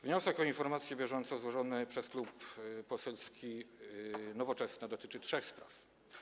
Wniosek o informację bieżącą złożony przez Klub Poselski Nowoczesna dotyczy trzech spraw.